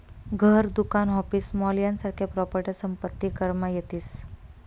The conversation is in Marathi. घर, दुकान, ऑफिस, मॉल यासारख्या प्रॉपर्ट्या संपत्ती करमा येतीस